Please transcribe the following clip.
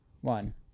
one